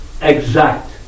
exact